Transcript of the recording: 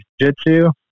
jujitsu